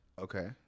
okay